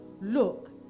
Look